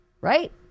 Right